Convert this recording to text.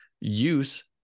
use